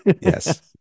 yes